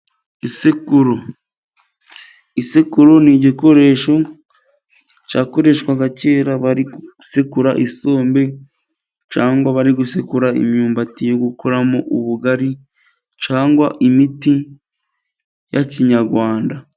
Isekuro, isekuro ni igikoresho cyakoreshwaga kera bari gusekura isombe, cyangwa bari gusekura imyumbati yo gukuramo ubugari, cyangwa imiti ya kinyarwanda.